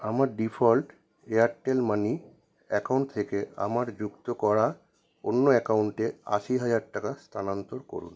আমার default Airtel money account থেকে আমার যুক্ত করা অন্য অ্যাকাউন্টে আশি হাজার টাকা স্তানান্তর করুন